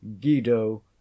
guido